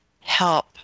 help